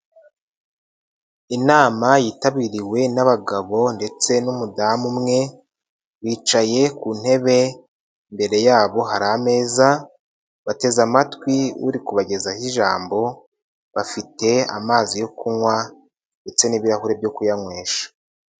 Inama yitabiriwe n'abagabo ndetse n'umudamu umwe, bicaye ku ntebe imbere yabo hari ameza, bateze amatwi uri kubagezaho ijambo, bafite amazi yo kunywa ndetse n'ibirahuri byo kuyanywesha.